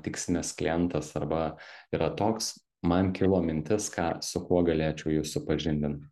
tikslinis klientas arba yra toks man kilo mintis ką su kuo galėčiau jus supažindint